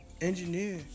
engineer